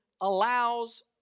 allows